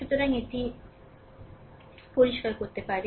সুতরাং এটি পরিষ্কার করতে পারে